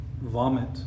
vomit